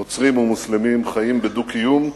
נוצרים ומוסלמים חיים בדו-קיום,